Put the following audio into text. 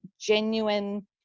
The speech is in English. genuine